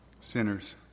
sinners